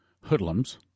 hoodlums